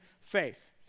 faith